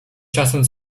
czasami